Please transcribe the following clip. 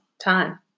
time